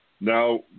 now